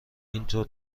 اینطور